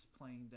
playing